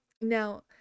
now